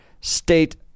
state